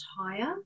higher